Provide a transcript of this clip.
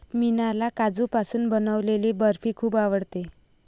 मीनाला काजूपासून बनवलेली बर्फी खूप आवडते